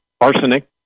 arsenic